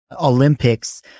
Olympics